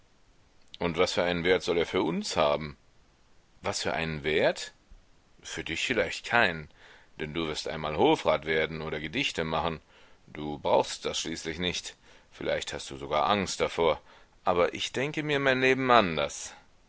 und was für einen wert soll er für uns haben was für einen wert für dich vielleicht keinen denn du wirst einmal hofrat werden oder gedichte machen du brauchst das schließlich nicht vielleicht hast du sogar angst davor aber ich denke mir mein leben anders